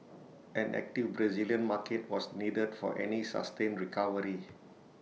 an active Brazilian market was needed for any sustained recovery